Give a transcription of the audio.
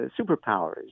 superpowers